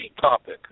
topic